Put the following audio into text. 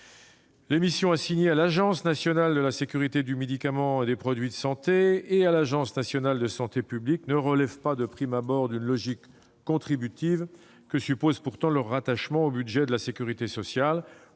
Les missions assignées à l'Agence nationale de sécurité du médicament et des produits de santé (ANSM) et à l'Agence nationale de santé publique (ANSP) ne relèvent pas, de prime abord, d'une logique contributive que suppose, pourtant, leur rattachement au budget de la sécurité sociale.